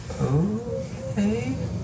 Okay